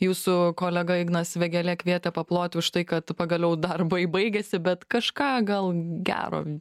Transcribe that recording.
jūsų kolega ignas vėgėlė kvietė paploti už tai kad pagaliau darbai baigėsi bet kažką gal gero